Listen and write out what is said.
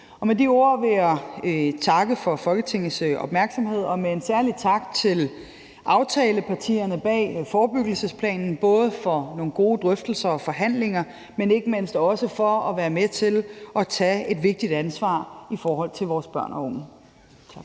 Med de ord vil jeg takke for Folketingets opmærksomhed. Særlig tak til aftalepartierne bag forebyggelsesplaner, både for nogle gode drøftelser og forhandlinger, men ikke mindst også for at være med til at tage et vigtigt ansvar i forhold til vores børn og unge.